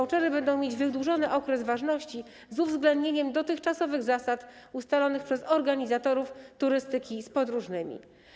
Vouchery będą mieć wydłużony okres ważności z uwzględnieniem dotychczasowych zasad ustalonych przez organizatorów turystyki z podróżnymi.